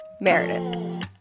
Meredith